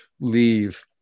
leave